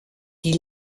die